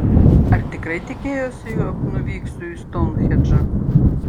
ar tikrai tikėjosi jog nuvyksiu į stounhendžą